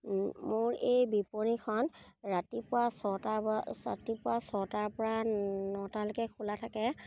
মোৰ এই বিপণীখন ৰাতিপুৱা ছটাৰ ৰাতিপুৱা ছটাৰ পৰা নটালৈকে খোলা থাকে